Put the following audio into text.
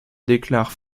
déclare